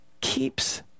keeps